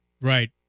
Right